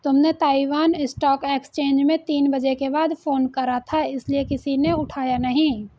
तुमने Taiwan stock exchange में तीन बजे के बाद फोन करा था इसीलिए किसी ने उठाया नहीं